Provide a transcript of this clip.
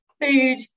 food